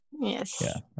Yes